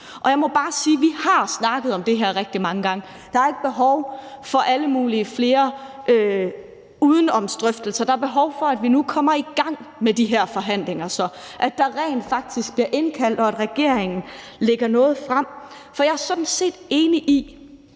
Og jeg må bare sige, at vi har snakket om det her rigtig mange gange. Der er ikke behov for flere udenomsdrøftelser. Der er behov for, at vi nu kommer i gang med de her forhandlinger, at der rent faktisk bliver indkaldt til forhandlinger, og at regeringen lægger noget frem. For jeg er sådan set enig i,